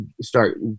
start